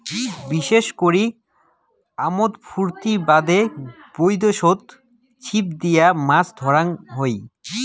বিশেষ করি আমোদ ফুর্তির বাদে বৈদ্যাশত ছিপ দিয়া মাছ ধরাং হই